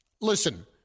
listen